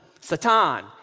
satan